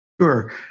Sure